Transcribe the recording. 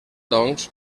doncs